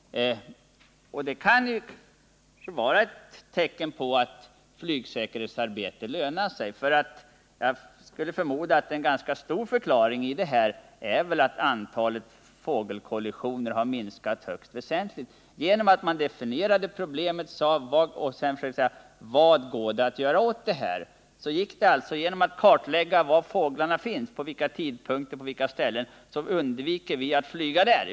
Det kan vara ett tecken på att flygsäkerhetsarbete lönar sig. Jag förmodar att en hel del av förklaringen till minskningen är att antalet fågelkollisioner har gått ned högst väsentligt genom att man definierat problemet och frågat sig: Vad går det att göra åt det här? Man har kartlagt var fåglarna finns på vilka tidpunkter och på vilka platser. Flygvapnet undviker nu att flyga där.